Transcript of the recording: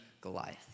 Goliath